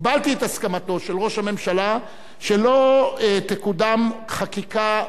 קיבלתי את הסכמתו של ראש הממשלה שלא תקודם חקיקה,